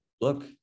look